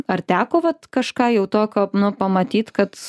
ar teko vat kažką jau tokio nu pamatyt kad